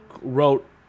wrote